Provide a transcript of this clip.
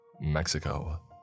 Mexico